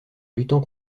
luttant